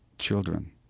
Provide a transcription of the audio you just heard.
children